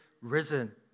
risen